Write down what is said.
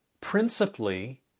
principally